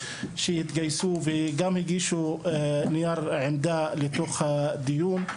שהתגייסו וגם הגישו נייר עמדה לתוך הדיון.